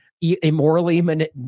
immorally